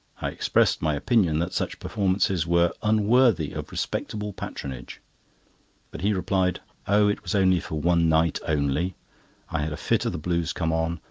i expressed my opinion that such performances were unworthy of respectable patronage but he replied oh, it was only for one night only i had a fit of the blues come on,